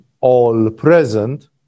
all-present